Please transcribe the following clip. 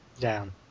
down